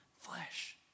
flesh